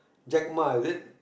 Jack-Ma is it